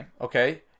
okay